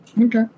okay